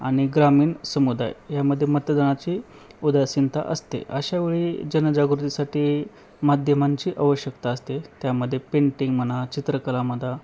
आणि ग्रामीण समुदाय यामध्ये मतदानाची उदासीनता असते अशावेळी जनजागृतीसाठी माध्यमांची आवश्यकता असते त्यामध्ये पेंटिंग म्हणा चित्रकलामध्ये